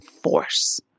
force